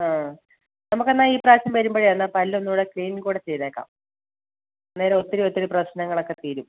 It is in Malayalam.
ആ നമുക്ക് എന്നാൽ ഇപ്രാവശ്യം വരുമ്പോഴേ എന്നാൽ പല്ല് ഒന്നുകൂടെ ക്ളീൻ കൂടെ ചെയ്തേക്കാം അന്നേരം ഒത്തിരി ഒത്തിരി പ്രശ്നങ്ങളൊക്കെ തീരും